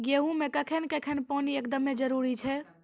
गेहूँ मे कखेन कखेन पानी एकदमें जरुरी छैय?